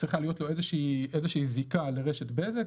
צריכה להיות לו איזושהי זיקה לרשת בזק.